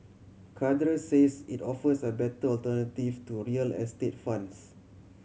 cadre says it offers a better alternative to real estate funds